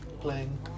playing